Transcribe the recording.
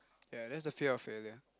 ya that's the fear of failure